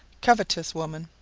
covetous woman.